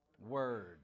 Word